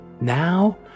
Now